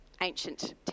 ancient